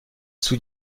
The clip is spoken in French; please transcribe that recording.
sous